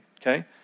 okay